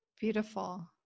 Beautiful